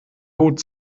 hut